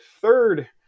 third